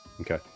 Okay